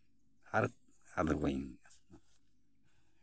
ᱟᱫᱚ ᱵᱟᱹᱧ ᱞᱟᱹᱭᱟ ᱢᱟ